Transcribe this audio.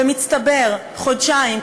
ובמצטבר חודשיים,